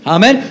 Amen